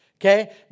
Okay